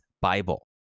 Bible